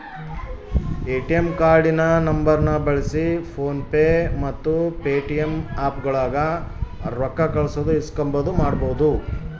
ATM ಕಾರ್ಡಿನ ನಂಬರ್ನ ಬಳ್ಸಿ ಫೋನ್ ಪೇ ಮತ್ತೆ ಪೇಟಿಎಮ್ ಆಪ್ಗುಳಾಗ ರೊಕ್ಕ ಕಳ್ಸೋದು ಇಸ್ಕಂಬದು ಮಾಡ್ಬಹುದು